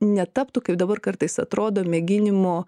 netaptų kaip dabar kartais atrodo mėginimu